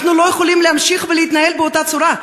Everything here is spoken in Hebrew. אנחנו לא יכולים להמשיך ולהתנהל באותה צורה.